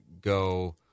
go